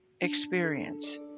experience